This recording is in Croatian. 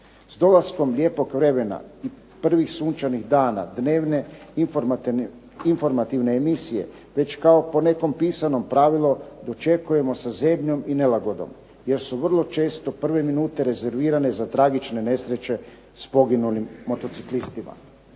S dolaskom lijepog vremena, prvih sunčanih dana dnevne informativne emisije već kao po nekom pisanom pravilu dočekujemo sa zebnjom i nelagodom jer su vrlo često prve minute rezervirane za tragične nesreće s poginulim motociklistima.